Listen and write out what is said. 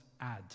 add